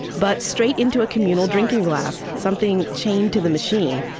but straight into a communal drinking glass. something chained to the machine.